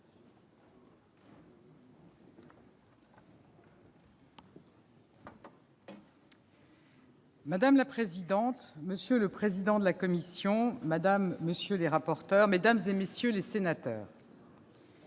Madame la présidente, monsieur le président de la commission, madame, monsieur les rapporteurs, mesdames, messieurs les sénateurs,